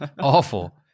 Awful